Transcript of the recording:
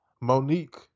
Monique